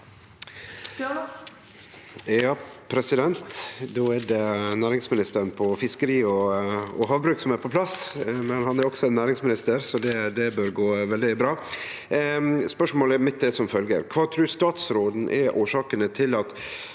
(V) Då er det nærings- ministeren på fiskeri- og havbruk som er på plass, men han er også næringsminister, så det bør gå veldig bra. Spørsmålet mitt er som følgjer: «Kva trur statsråden er årsakene til at